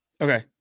Okay